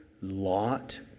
lot